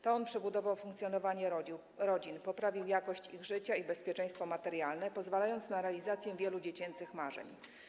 To on przebudował funkcjonowanie rodzin, poprawił jakość ich życia, ich bezpieczeństwo materialne i pozwolił na realizację wielu dziecięcych marzeń.